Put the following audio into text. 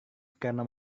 karena